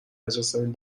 مجلسمون